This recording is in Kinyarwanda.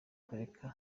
kwereka